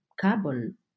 carbon